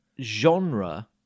genre